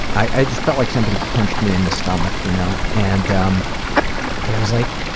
i just felt like somebody punched me in the stomach. you know and um but i was like,